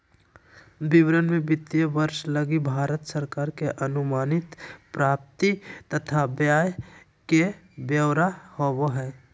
विवरण मे वित्तीय वर्ष लगी भारत सरकार के अनुमानित प्राप्ति तथा व्यय के ब्यौरा होवो हय